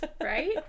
Right